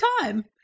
time